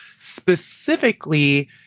specifically